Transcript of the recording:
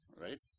right